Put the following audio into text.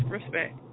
respect